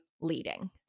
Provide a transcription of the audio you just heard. leading